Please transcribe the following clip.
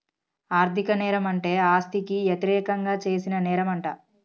ఆర్ధిక నేరం అంటే ఆస్తికి యతిరేకంగా చేసిన నేరంమంట